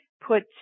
put